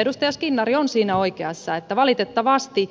edustaja skinnari on siinä oikeassa että valitettavasti